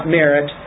merit